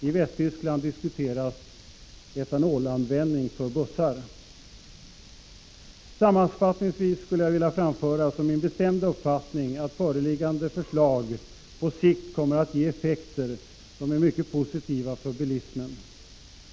I Västtyskland diskuteras etanolanvändning för bussar. Sammanfattningsvis skulle jag vilja framföra som min bestämda uppfattning att föreliggande förslag på sikt kommer att ge effekter som är mycket positiva för bilismen.